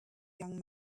young